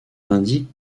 indiquent